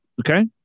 Okay